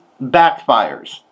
backfires